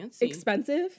expensive